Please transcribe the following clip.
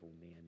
men